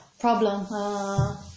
problem